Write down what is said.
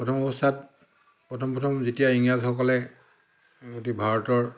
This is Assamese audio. প্ৰথম অৱস্থাত প্ৰথম প্ৰথম যেতিয়া ইংৰাজসকলে এটি ভাৰতৰ